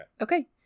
okay